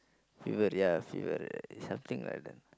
fever ya fever something like that